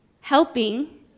helping